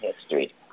history